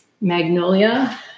magnolia